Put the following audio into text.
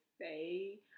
say